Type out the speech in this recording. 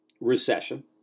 recession